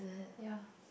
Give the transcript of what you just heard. ya